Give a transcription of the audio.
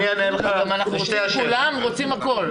גם אנחנו רוצים את כולם ורוצים הכול.